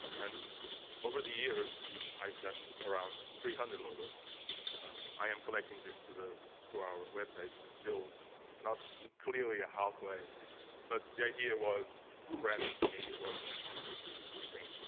and over the years we i've done around three hundred logos i am collecting this to the to our webpage still not clearly a halfway but the idea was branding to me was my thing